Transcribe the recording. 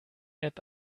app